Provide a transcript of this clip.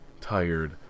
tired